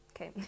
okay